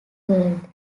world